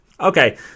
Okay